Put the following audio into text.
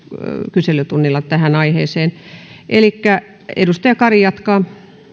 kyselytunnilla tähän aiheeseen elikkä edustaja kari jatkaa